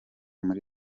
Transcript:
muri